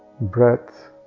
breath